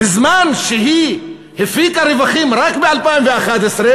בזמן שהיא הפיקה רווחים רק ב-2011,